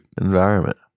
environment